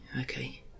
okay